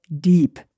deep